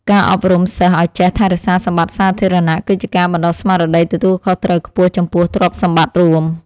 ការអប់រំសិស្សឱ្យចេះថែរក្សាសម្បត្តិសាធារណៈ គឺជាការបណ្តុះស្មារតីទទួលខុសត្រូវខ្ពស់ចំពោះទ្រព្យសម្បត្តិរួម។